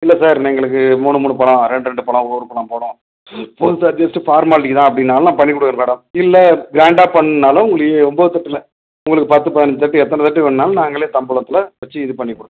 இல்லை சார் எங்களுக்கு மூணு மூணு பழம் ரெண்டு ரெண்டு பழம் ஒரு பழம் போதும் ஃப்ரூட்ஸ் ஃபார் ஜஸ்ட்டு ஃபார்மாலிட்டிக்கு தான் அப்படின்னாலும் நான் பண்ணிக் கொடுக்கறேன் மேடம் இல்லை க்ராண்டா பண்ணுனாலும் உங்களுக்கு ஒன்போது தட்டில் உங்களுக்கு பத்து பதினஞ்சு தட்டு எத்தனை தட்டு வேணாலும் நாங்களே தாம்பாளத்தில் வெச்சு இது பண்ணிக் கொடு